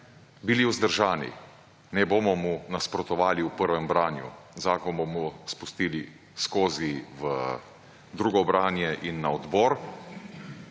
bili vzdržani. Ne bomo mu nasprotovali v prvem branju. Zakon bomo spustili skozi v drugo branje in na odbor,